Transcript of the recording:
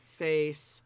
face